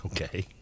Okay